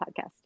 podcast